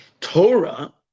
Torah